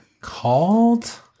Called